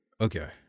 Okay